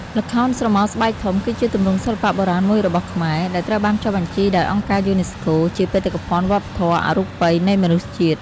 ល្ខោនស្រមោលស្បែកធំ គឺជាទម្រង់សិល្បៈបុរាណមួយរបស់ខ្មែរ ដែលត្រូវបានចុះបញ្ជីដោយអង្គការយូណេស្កូជាបេតិកភណ្ឌវប្បធម៌អរូបីនៃមនុស្សជាតិ។